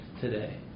today